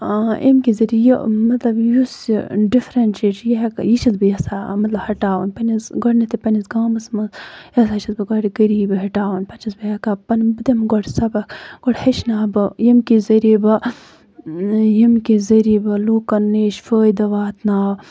آ اَمہِ کہِ ذٔریعہٕ مطلب یُس یہِ ڈِفرَیٚنٹ چیٖز چھُ یہِ ہیٚکہٕ یہِ چھَس بہٕ یَژھان مطلب ہَٹاوُن پَنٕنِس گۄڈٕنیٚتھٕے پَنٕنِس گامَس منٛز لِہازا چھَس بہٕ گۄڈٕ غریٖبی ہَٹاوان پَتہٕ چھَس بہٕ ہیٚکان پَنُن پٔتِم گۄڈٕ سبق گۄڈٕ ہٮ۪چھناو بہٕ ییٚمہِ کہِ ذٔریعہٕ بہٕ ییٚمہِ کہِ ذٔریعہٕ بہٕ لُکَن نِش فٲیدٕ واتناو